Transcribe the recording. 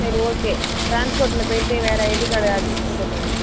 சரி ஓகே டிரான்ஸ்போர்ட்சில் போய்விட்டு வேறு ஐடி கார்டு அட்மிஷன் போட்டுக்கங்க